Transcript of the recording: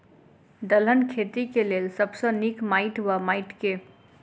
दलहन खेती केँ लेल सब सऽ नीक माटि वा माटि केँ?